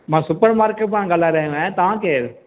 मां supermarket मां ॻाल्हाए रहियो आहियां तव्हां केरु